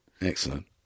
Excellent